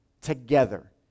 together